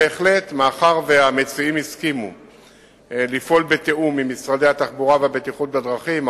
מאחר שהמציעים הסכימו לפעול בתיאום עם משרדי התחבורה והבטיחות בדרכים,